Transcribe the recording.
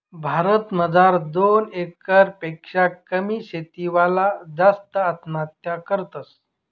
भारत मजार दोन एकर पेक्शा कमी शेती वाला जास्त आत्महत्या करतस